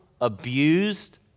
abused